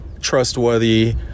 trustworthy